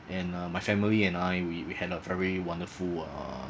and uh my family and I we we had a very wonderful uh